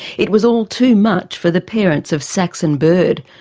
it was all too much for the parents of saxon bird,